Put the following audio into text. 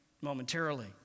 momentarily